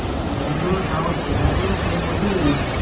அப்புறோம் ரொம்ப தூரம் டிராவல் போ ரொம்ப தூரம் போகும்போது